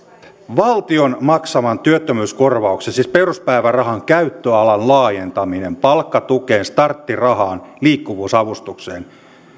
valtion maksaman työttömyyskorvauksen siis peruspäivärahan käyttöalan laajentaminen palkkatukeen starttirahaan liikkuvuusavustukseen